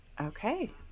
Okay